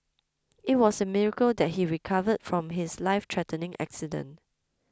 it was a miracle that he recovered from his lifethreatening accident